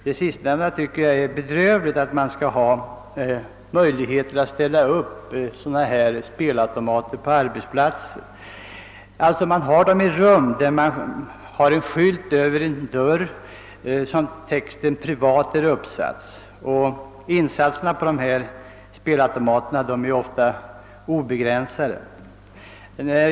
Jag tycker att det är särskilt bedrövligt att dessa spelautomater skall kunna ställas upp på arbetsplatser, man placerar dem i rum med texten »Privat» över dörren. Insatserna på dessa s.k. klubbar per spelomgång är ofta obegränsade.